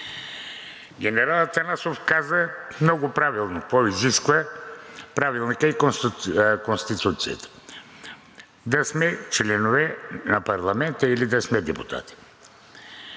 Генерал Атанасов каза много правилно какво изисква Правилникът и Конституцията – да сме членове на парламента, или да сме депутати.